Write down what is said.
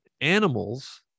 animals